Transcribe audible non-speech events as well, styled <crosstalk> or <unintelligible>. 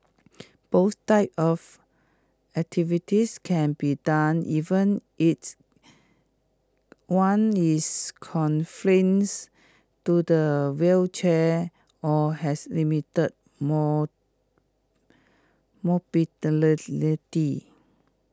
both types of activities can be done even its one is <unintelligible> to the wheelchair or has limited mall <unintelligible>